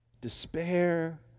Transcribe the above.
despair